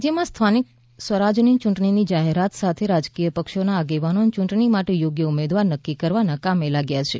રાજ્યમાં સ્થાનિક સ્વરાજની યૂંટણીની જાહેરાત સાથે રાજકીય પક્ષોના આગેવાનો યૂંટણી માટે યોગ્ય ઉમેદવાર નક્કી કરવાના કામે લાગ્યા છે